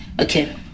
Okay